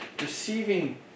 receiving